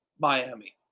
Miami